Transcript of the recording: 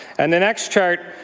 and the next chart,